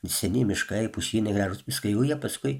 neseni miškai pušynai gražūs miškai jau jie paskui